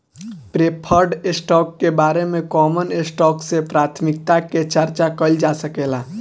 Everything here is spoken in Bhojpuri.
प्रेफर्ड स्टॉक के बारे में कॉमन स्टॉक से प्राथमिकता के चार्चा कईल जा सकेला